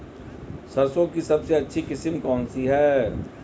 सरसों की सबसे अच्छी किस्म कौन सी है?